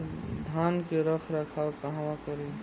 धान के रख रखाव कहवा करी?